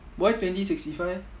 why twenty sixty five eh